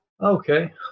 Okay